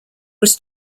was